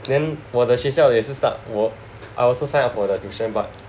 then 我的学校也是 start 我 I also sign up for the tuition but